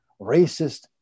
racist